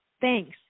Thanks